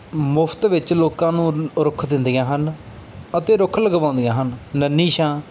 ਮੁਫਤ ਵਿੱਚ ਲੋਕਾਂ ਨੂੰ ਰੁੱਖ ਦਿੰਦੀਆਂ ਹਨ ਅਤੇ ਰੁੱਖ ਲਗਵਾਉਂਦੀਆਂ ਹਨ ਨੰਨ੍ਹੀ ਛਾਂ